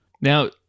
Now